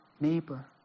neighbor